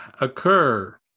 occur